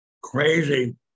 crazy